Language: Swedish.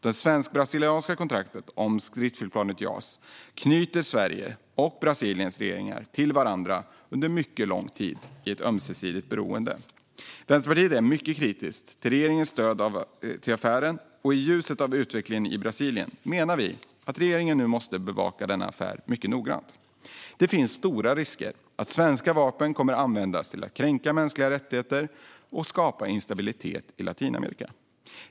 Det svensk-brasilianska kontraktet om stridsflygplanet JAS knyter Sveriges och Brasiliens regeringar till varandra under mycket lång tid i ett ömsesidigt beroende. Vänsterpartiet är mycket kritiskt till regeringens stöd till affären, och i ljuset av utvecklingen i Brasilien menar vi att regeringen nu måste bevaka affären mycket noga. Det finns stora risker att svenska vapen kommer att användas för att kränka mänskliga rättigheter och skapa instabilitet i Latinamerika.